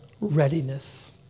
readiness